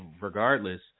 regardless